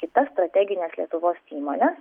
kitas strategines lietuvos įmone